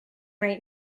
right